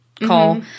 call